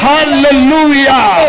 Hallelujah